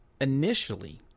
initially